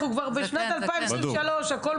אנחנו כבר בשנת 2023. זה בדוק,